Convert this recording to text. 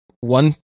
one